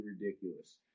ridiculous